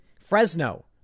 Fresno